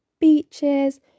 beaches